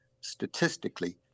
Statistically